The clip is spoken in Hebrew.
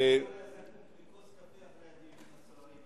השר היה זקוק לכוס קפה אחרי הדיונים הסוערים.